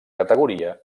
categoria